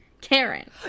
Karen